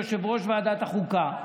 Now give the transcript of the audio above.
יושב-ראש ועדת החוקה,